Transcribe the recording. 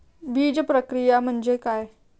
बीजप्रक्रिया म्हणजे काय?